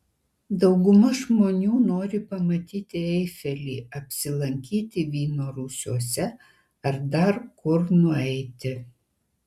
dauguma žmonių nori pamatyti eifelį apsilankyti vyno rūsiuose ar dar kur nueiti